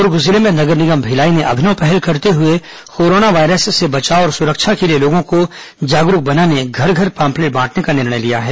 दुर्ग जिले में नगर निगम भिलाई ने अभिनव पहल करते हुए कोरोना वायरस से बचाव और सुरक्षा के लिए लोगों को जागरूक बनाने घर घर पॉम्पलेट बांटने का निर्णय लिया है